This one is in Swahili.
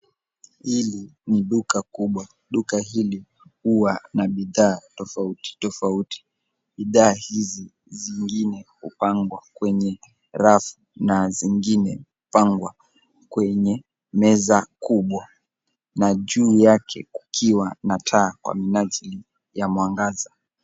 Hili ni duka kubwa. Duka hili huwa na bidhaa tofauti tofauti. Bidhaa hizi zingine hupangwa kwenye rafu na zingine hupangwa kwenye meza kubwa na juu yake pakiwa na taa kwa minajili ya mwangaza.